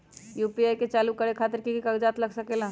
UPI के चालु करे खातीर कि की कागज़ात लग सकेला?